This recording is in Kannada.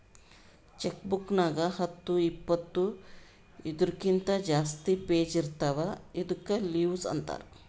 ಚೆಕ್ ಬುಕ್ ನಾಗ್ ಹತ್ತು ಇಪ್ಪತ್ತು ಇದೂರ್ಕಿಂತ ಜಾಸ್ತಿ ಪೇಜ್ ಇರ್ತಾವ ಇದ್ದುಕ್ ಲಿವಸ್ ಅಂತಾರ್